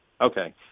Okay